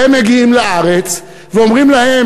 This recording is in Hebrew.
והם מגיעים לארץ ואומרים להם,